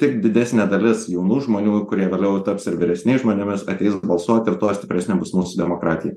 tik didesnė dalis jaunų žmonių kurie vėliau taps ir vyresniais žmonėmis ateis balsuot ir tuo stipresnė bus mūsų demokratija